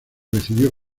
recibió